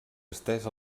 estès